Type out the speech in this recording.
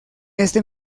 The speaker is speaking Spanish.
este